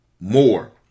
more